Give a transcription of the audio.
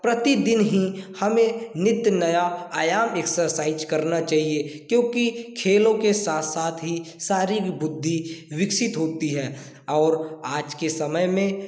प्रतिदिन ही हमे नित नया आयाम एक्सर्साइज़ करना चाहिए क्योंकि खेलो के साथ साथ ही शारीरक बुद्धि विकसित होती है और आज के समय में